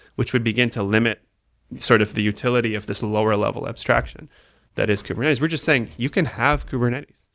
which would begin to limit sort of the utility of this lower-level abstraction that is kubernetes, we're just saying you can have kubernetes,